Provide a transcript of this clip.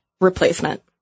replacement